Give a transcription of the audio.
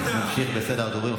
נמשיך בסדר הדוברים.